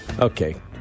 Okay